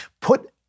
put